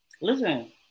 Listen